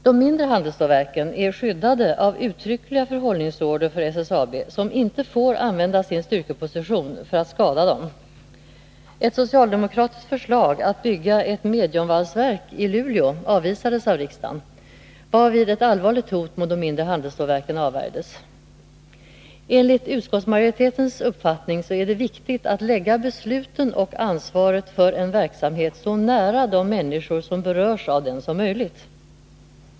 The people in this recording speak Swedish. De mindre handelsstålverken är skyddade av uttryckliga förhållningsorder för SSAB, som inte får använda sin styrkeposition för att skada dem. Ett socialdemokratiskt förslag att bygga ett mediumvalsverk i Luleå avvisades av riksdagen, varvid ett allvarligt hot mot de mindre handelsstålverken avvärjdes. Enligt utskottsmajoritetens uppfattning är det viktigt att lägga besluten och ansvaret för en verksamhet så nära de människor som berörs av dem som möjligt.